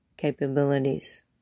capabilities